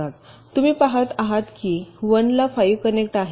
तर तुम्ही पाहत आहात की 1 ला 5 कनेक्ट आहे